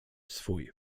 swój